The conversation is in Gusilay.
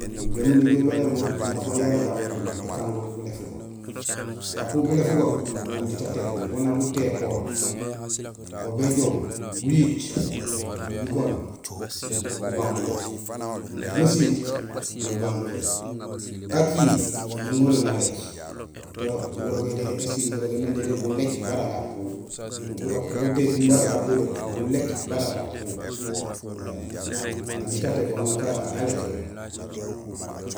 Injé umu néjool bélébul nafa yara gapú ékango bulééf go. Gapú bulééf go, aan diit étééb bo, go nak gutéporo. Go béjoow: uyiit, jigool, nabang bulééc; gasiit gubang gulééc, gaciil naŋorul nalééc; to gurégé, ésiil gurégé déré bulééc bara gapú. Du gurok butépum bara gapú dé; bulééc bara gapú éém aan diit atépool ho nak alécoro.